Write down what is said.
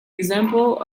example